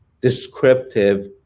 descriptive